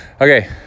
Okay